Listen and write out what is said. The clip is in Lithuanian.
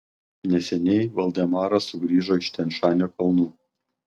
neseniai valdemaras sugrįžo iš tian šanio kalnų